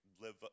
live